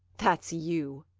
that's you!